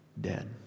dead